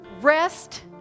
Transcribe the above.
rest